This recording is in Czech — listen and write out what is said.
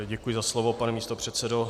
Děkuji za slovo, pane místopředsedo.